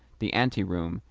the anteroom,